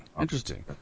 interesting